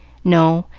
no,